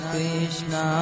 Krishna